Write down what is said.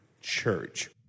Church